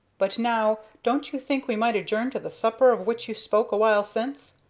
but, now, don't you think we might adjourn to the supper of which you spoke awhile since?